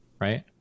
right